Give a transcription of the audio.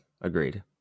agreed